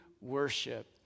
worship